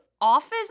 office